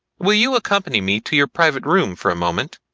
will you accompany me to your private room for a moment?